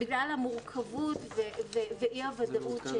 המורכבות ואי הוודאות.